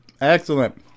Excellent